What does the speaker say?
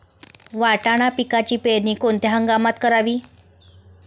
वाटाणा पिकाची पेरणी कोणत्या हंगामात करावी?